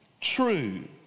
true